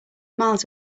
miles